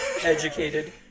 educated